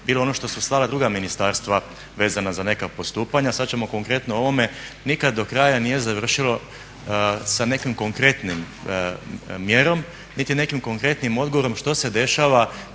bilo ono što su slala druga ministarstva vezano za neka postupanja. Sad ćemo konkretno o ovome. Nikad do kraja nije završilo sa nekim konkretnim mjerom, niti nekim konkretnim odgovorom što se dešava.